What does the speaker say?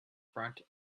front